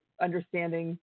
understanding